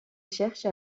cherche